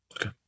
Okay